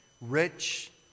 rich